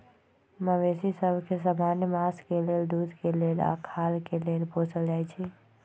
मवेशि सभ के समान्य मास के लेल, दूध के लेल आऽ खाल के लेल पोसल जाइ छइ